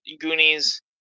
goonies